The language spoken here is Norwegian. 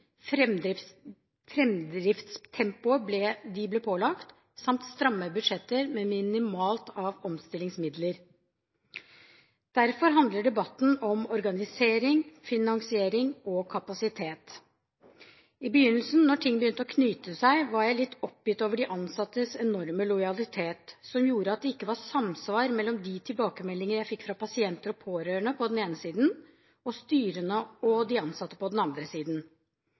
de ble pålagt, samt stramme budsjetter med minimalt av omstillingsmidler. Derfor handler debatten om organisering, finansiering og kapasitet. I begynnelsen da ting begynte å knyte seg, var jeg litt oppgitt over de ansattes enorme lojalitet, som gjorde at det ikke var samsvar mellom de tilbakemeldingene jeg fikk fra pasienter og pårørende på den ene siden, og styrene og de ansatte på den andre siden.